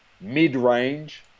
mid-range